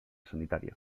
sanitària